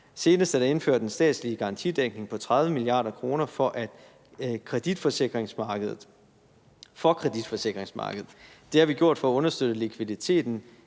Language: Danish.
Senest er der indført en statslig garantidækning på 30 mia. kr. for kreditforsikringsmarkedet. Det har vi gjort for at understøtte likviditeten